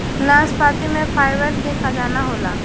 नाशपाती में फाइबर के खजाना होला